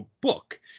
book